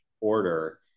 order